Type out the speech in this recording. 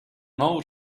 know